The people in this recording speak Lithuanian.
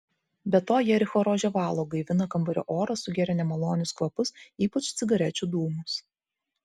be to jericho rožė valo gaivina kambario orą sugeria nemalonius kvapus ypač cigarečių dūmus